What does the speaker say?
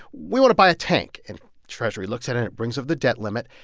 we want to buy a tank. and treasury looks at it, brings up the debt limit.